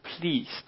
pleased